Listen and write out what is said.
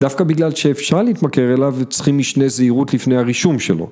דווקא בגלל שאפשר להתמכר אליו וצריכים משנה זהירות לפני הרישום שלו